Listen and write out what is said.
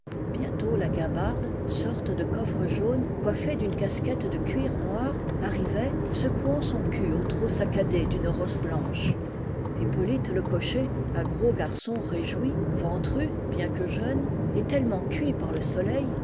bientôt la ouimbarde sorte de coffre jaune coiffé d'une casquette de cuir noir arrivait secouant son cul au trot saccadé d'une rosse blanche et polyte le cocher un gros garçon réjoui ventru bien que jeune et tellement cuit par le soleil